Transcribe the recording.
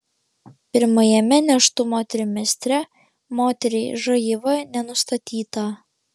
pirmajame nėštumo trimestre moteriai živ nenustatyta